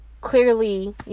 clearly